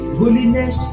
holiness